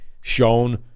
shown